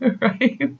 right